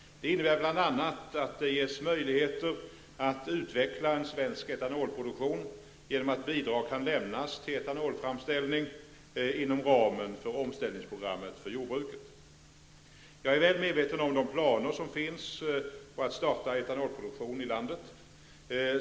Den innebär bl.a. att det ges möjligheter att utveckla en svensk etanolproduktion genom att bidrag kan lämnas till etanolframställning inom ramen för omställningsprogrammet för jordbruket. Jag är väl medveten om de planer som finns på att starta etanolproduktion i landet.